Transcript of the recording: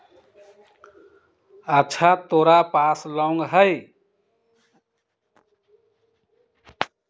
अच्छा तोरा पास लौंग हई?